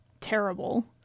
terrible